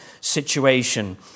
situation